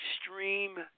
extreme